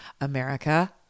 America